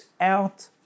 out